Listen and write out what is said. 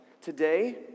Today